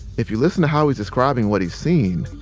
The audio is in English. if you listen to how he's describing what he's seeing,